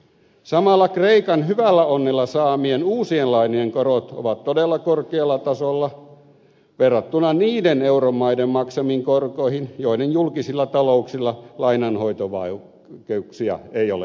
samalla kreikan hyvällä onnella saamien uusien lainojen korot ovat todella korkealla tasolla verrattuna niiden euromaiden maksamiin korkoihin joiden julkisilla talouksilla lainanhoitovaikeuksia ei ole esiintynyt